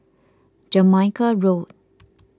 Jamaica Road